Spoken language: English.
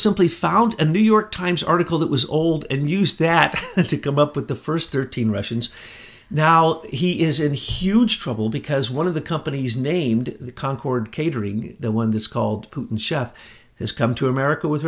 simply found a new york times article that was old and used that to come up with the first thirteen russians now he is in huge trouble because one of the companies named the concord catering the one that's called putin chef has come to america w